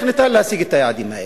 איך ניתן להשיג את היעדים האלה.